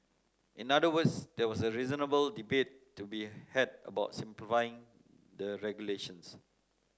in other words there was a reasonable debate to be had about simplifying the regulations